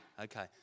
Okay